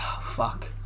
Fuck